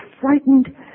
frightened